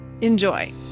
Enjoy